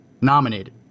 nominated